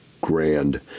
grand